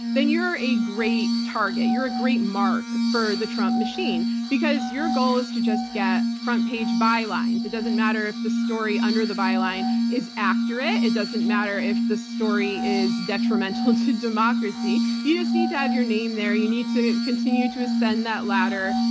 then you're a great target. you're a great mark for the trump machine because your goal is to just get front-page bylines. it doesn't matter if the story under the byline is accurate. it doesn't matter if the story is detrimental to democracy. you just need to have your name there. you need to continue to ascend that ladder,